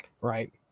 Right